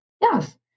Yes